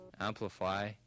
Amplify